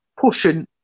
pushing